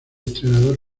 entrenador